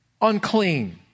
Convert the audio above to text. unclean